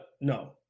No